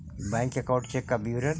Bank account check का विवरण?